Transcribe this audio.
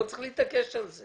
לא צריך להתעקש על זה